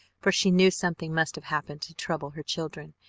for she knew something must have happened to trouble her children,